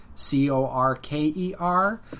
C-O-R-K-E-R